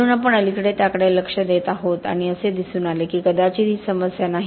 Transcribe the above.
म्हणून आपण अलीकडे त्याकडे लक्ष देत आहोत आणि असे दिसून आले की कदाचित ही समस्या नाही